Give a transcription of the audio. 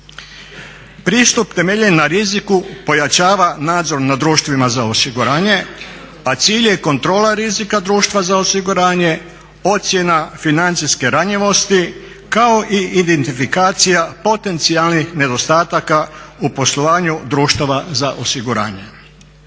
Pristup temeljen na riziku pojačava nadzor nad društvima za osiguranje, a cilj je i kontrola rizika društva za osiguranje, ocjena financijske ranjivosti kao i identifikacija potencijalnih nedostataka u poslovanju društava za osiguranje.